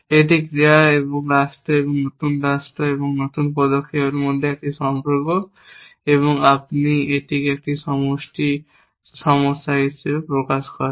এটি ক্রিয়া এবং রাষ্ট্র এবং নতুন রাষ্ট্র এবং নতুন পদক্ষেপের মধ্যে একটি সম্পর্ক এবং আপনি এটিকে একটি সন্তুষ্টি সমস্যা হিসাবে প্রকাশ করেন